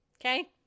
Okay